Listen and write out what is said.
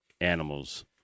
animals